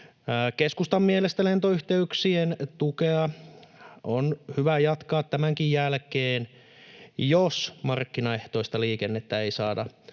Keskustan mielestä lentoyhteyksien tukea on hyvä jatkaa tämänkin jälkeen, jos markkinaehtoista liikennettä ei saada